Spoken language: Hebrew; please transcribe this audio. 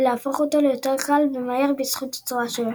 ולהפוך אותו ליותר קל ומהיר בזכות הצורה שלו.